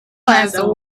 plaza